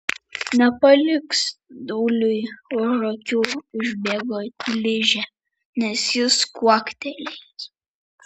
nepaliks dūliui už akių užbėgo ližė nes jis kuoktelėjęs